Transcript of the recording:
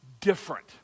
different